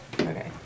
Okay